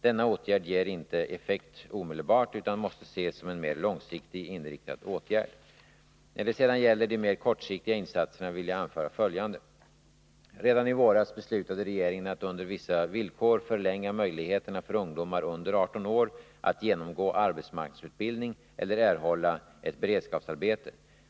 Denna åtgärd ger inte effekt omedelbart utan måste ses som en mer långsiktigt inriktad åtgärd. När det sedan gäller de mer kortsiktiga insatserna vill jag anföra följande. Redan i våras beslutade regeringen att under vissa villkor förlänga möjligheterna för ungdomar under 18 år att genomgå arbetsmarknadsutbildning eller erhålla ett beredskapsarbete.